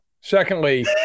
Secondly